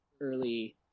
early